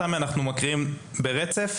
תמי, אנחנו מקריאים ברצף.